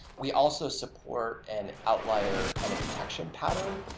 we also support an outlier kind of detection pattern,